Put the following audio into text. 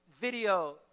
video